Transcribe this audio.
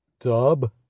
dub